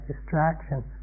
distraction